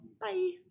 bye